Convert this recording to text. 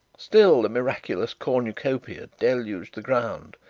still the miraculous cornucopia deluged the ground,